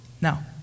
Now